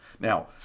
Now